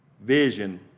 vision